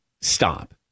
Stop